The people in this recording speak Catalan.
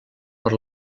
per